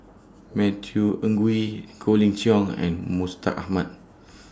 Matthew Ngui Colin Cheong and Mustaq Ahmad